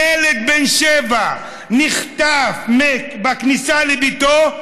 ילד בן שבע נחטף בכניסה לביתו.